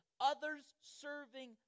others-serving